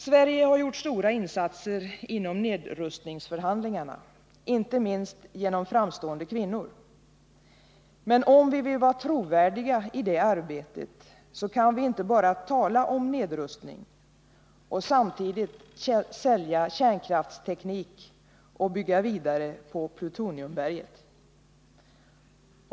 Sverige har gjort stora insatser inom nedrustningsförhandlingarna, inte minst genom framstående kvinnor. Men om vi vill vara trovärdiga i det arbetet kan vi inte bara tala om nedrustning och samtidigt sälja kärnkraftsteknik och bygga vidare på plutoniumberget.